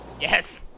yes